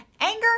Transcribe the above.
anger